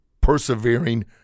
persevering